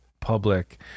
public